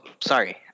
Sorry